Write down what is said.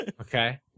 Okay